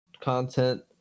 content